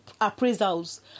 appraisals